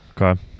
okay